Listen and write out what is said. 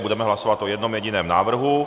Budeme hlasovat o jednom jediném návrhu.